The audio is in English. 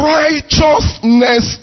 righteousness